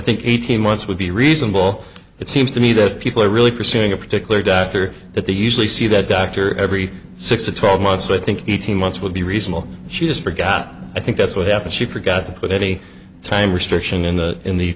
think eighteen months would be reasonable it seems to me that if people are really pursuing a particular doctor that they usually see the doctor every six to twelve months i think the team months will be reasonable she just forgot i think that's what happened she forgot to put any time restriction in the in the